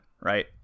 right